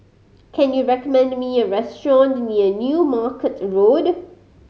can you recommend me a restaurant near New Market Road